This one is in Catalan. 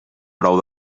brou